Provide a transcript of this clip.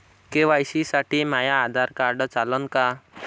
KYC साठी माह्य Aadhaar card चालन का?